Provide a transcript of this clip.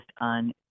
on